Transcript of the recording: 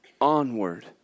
Onward